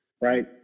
right